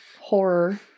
horror